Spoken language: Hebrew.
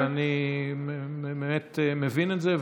אז אני באמת מבין את זה.